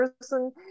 person